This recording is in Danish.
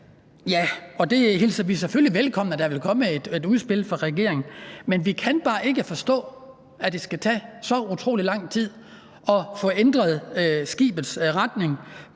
forslag. Vi hilser selvfølgelig velkommen, at der vil komme et udspil fra regeringen, men vi kan bare ikke forstå, at det skal tage så utrolig lang tid at få ændret skibets retning